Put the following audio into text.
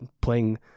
playing